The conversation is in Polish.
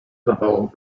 zawołał